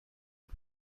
کند